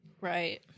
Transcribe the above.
right